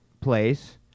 place